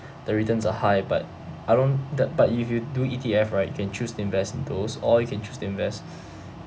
the returns are high but I don't the but if you do E_T_F right you can choose to invest in those all you can choose to invest